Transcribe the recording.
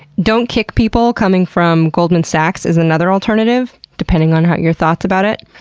don't kick people coming from goldman sachs is another alternative, depending on your thoughts about it.